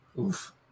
Oof